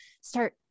start